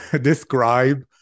describe